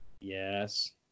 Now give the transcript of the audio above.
yes